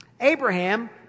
Abraham